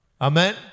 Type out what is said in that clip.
Amen